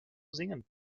singen